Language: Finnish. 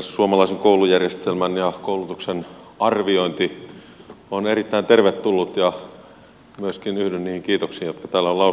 suomalaisen koulujärjestelmän ja koulutuksen arviointi on erittäin tervetullut ja myöskin yhdyn niihin kiitoksiin jotka täällä on lausuttu tämän raportin tekijöille